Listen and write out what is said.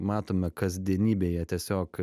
matome kasdienybėje tiesiog